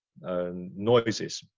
noises